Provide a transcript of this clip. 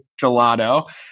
gelato